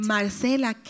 Marcela